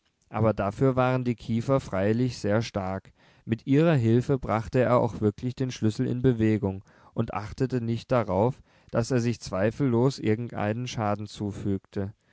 aber dafür waren die kiefer freilich sehr stark mit ihrer hilfe brachte er auch wirklich den schlüssel in bewegung und achtete nicht darauf daß er sich zweifellos irgendeinen schaden zufügte